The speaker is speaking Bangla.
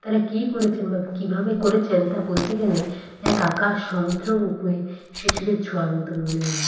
তারা কী করেছেন বা কীভাবে করেছেন তা বলতে গেলে এক আকাশ সমুদ্র বুকে শিশিরের ছোঁয়ার মতন মনে হবে